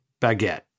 baguette